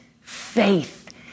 faith